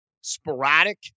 sporadic